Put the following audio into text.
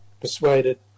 persuaded